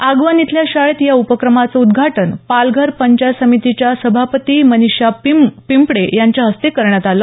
आगवण इथल्या शाळेत या उपक्रमाचं उदघाटन पालघर पंचायत समितीच्या सभापती मनीषा पिंपळे यांच्या हस्ते करण्यात आलं